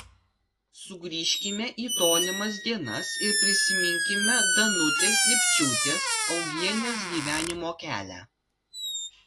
sugrįžkime į tolimas dienas ir prisiminkime danutės lipčiūtės augienės gyvenimo kelią